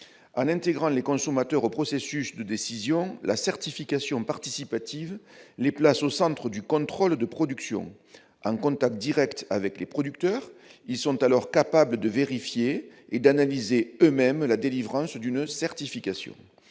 En intégrant les consommateurs aux processus de décision, la certification participative les place au centre du contrôle de production. En contact direct avec les producteurs, ils sont alors capables de vérifier et d'analyser eux-mêmes la délivrance d'une certification.